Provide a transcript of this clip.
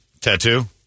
tattoo